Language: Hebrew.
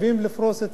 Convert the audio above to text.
אדוני היושב-ראש,